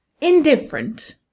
indifferent